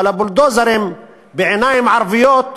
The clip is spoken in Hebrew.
אבל הבולדוזרים, בעיניים ערביות,